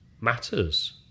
matters